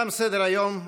תם סדר-היום.